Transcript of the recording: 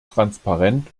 transparent